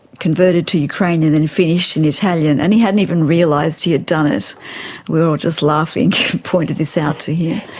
converted to ukrainian and finished in italian, and he hadn't even realised he had done it. we were just laughing and pointed this out to him.